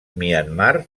myanmar